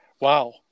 wow